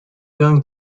going